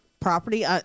Property